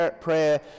prayer